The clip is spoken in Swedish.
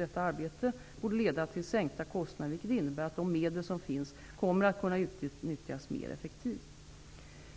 Detta arbete borde leda till sänkta kostnader, vilket innebär att de medel som finns kommer att kunna utnyttjas mer effektivt.